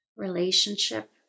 relationship